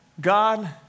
God